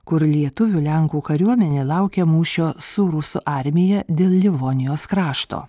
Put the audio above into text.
kur lietuvių lenkų kariuomenė laukė mūšio su rusų armija dėl livonijos krašto